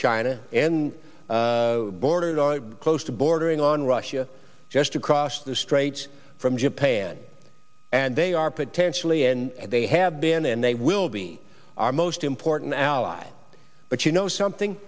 china and borders are close to bordering on russia just across the straits from japan and they are potentially and they have been and they will be our most important ally but you know something